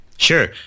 Sure